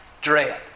dread